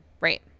Right